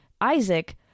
Isaac